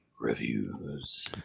Reviews